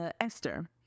esther